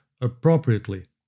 appropriately